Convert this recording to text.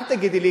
אל תגידי לי,